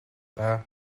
даа